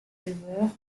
éleveurs